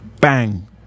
bang